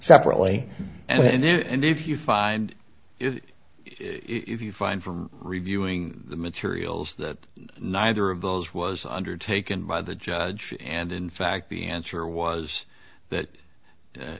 separately and if you find it if you find from reviewing the materials that neither of those was undertaken by the judge and in fact the answer was that